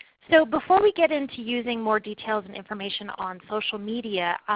so before we get into using more details and information on social media,